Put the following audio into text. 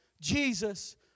Jesus